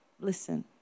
listen